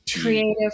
Creative